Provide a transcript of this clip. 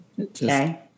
Okay